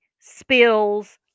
spills